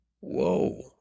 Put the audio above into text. Whoa